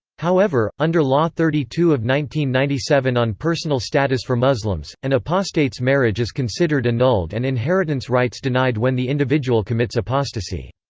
however, under law thirty two ninety ninety seven on personal status for muslims, an apostate's marriage is considered annulled and inheritance rights denied when the individual commits apostasy.